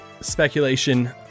speculation